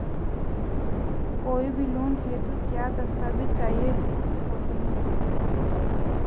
कोई भी लोन हेतु क्या दस्तावेज़ चाहिए होते हैं?